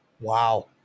wow